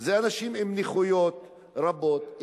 אנשים עם נכויות רבות,